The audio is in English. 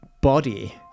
body